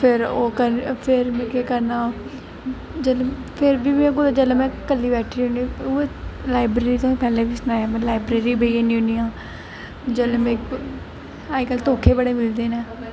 फिर ओह् फिर में केह् करना फिर बी में कुदै जेल्लै कल्ली बैठी दी होनी आं लाइब्रेरी में पैह्ले बी सनाया लाइब्रेरी बी बेही जन्नी होनी आं अज्ज कल धोखे बड़े मिलदे न